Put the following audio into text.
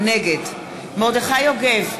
נגד מרדכי יוגב,